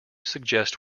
suggest